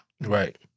right